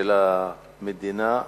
של המדינה,